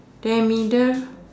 then middle